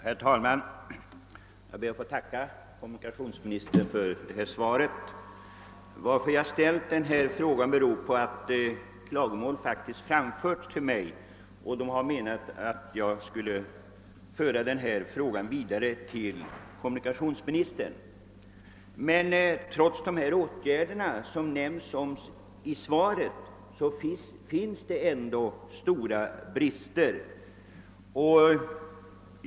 Herr talman! Jag ber att få tacka kommunikationsministern = för svaret. Orsaken till att jag framställde min fråga var att man har framfört klagomål till mig och önskat att jag skulle föra frågan vidare till kommunikationsministern. Trots de åtgärder som det talas om i svaret så finns det brister på detta område.